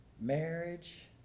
marriage